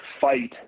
fight